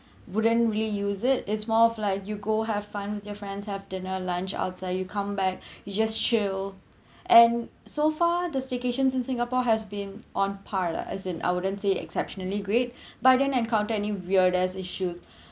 wouldn't really use it it's more of like you go have fun with your friends have dinner lunch outside you come back you just chill and so far the staycations in singapore has been on par lah as in I wouldn't say exceptionally great but then encounter any weirdest issues